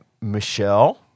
Michelle